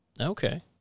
okay